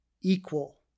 equal